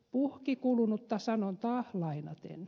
puhki kulunutta sanontaa lainaten